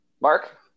Mark